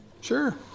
Sure